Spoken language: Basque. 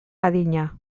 adina